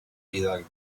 vidal